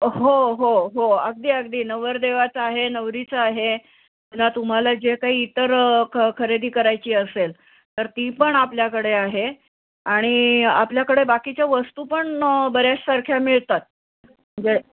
हो हो हो अगदी अगदी नवरदेवाचं आहे नवरीचं आहे तुम्हाला जे काही इतरं ख खरेदी करायची असेल तर ती पण आपल्याकडे आहे आणि आपल्याकडे बाकीच्या वस्तू पण बऱ्याचसारख्या मिळतात म्हणजे